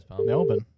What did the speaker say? Melbourne